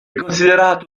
considerato